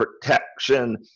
protection